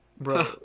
Bro